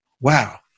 Wow